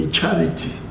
charity